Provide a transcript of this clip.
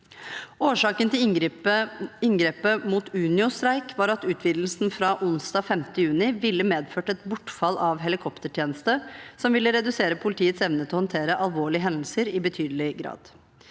Årsaken til inngrepet mot Unios streik var at utvidelsen fra onsdag 5. juni ville medført et bortfall av helikoptertjeneste, som ville redusert politiets evne til å håndtere alvorlige hendelser i betydelig grad.